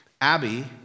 Abby